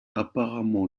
apparemment